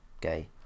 gay